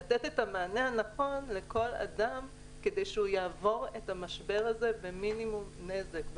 לתת את המענה הנכון לכל אדם כדי שהוא יעבור את המשבר הזה במינימום נזק.